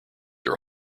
are